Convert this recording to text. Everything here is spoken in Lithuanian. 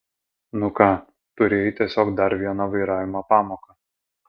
nu ką turėjai tiesiog dar vieną vairavimo pamoką